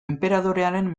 enperadorearen